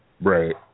Right